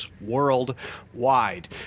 worldwide